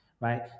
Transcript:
right